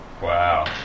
Wow